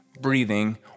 breathing